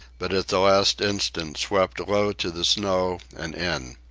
but at the last instant swept low to the snow and in.